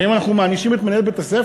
האם אנחנו מענישים את מנהל בית-הספר,